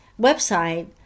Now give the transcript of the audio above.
website